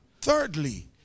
Thirdly